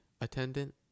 attendant